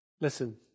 listen